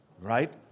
Right